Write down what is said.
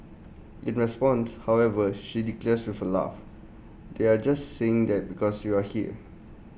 in response however she declares with A laugh they're just saying that because you're here